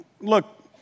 look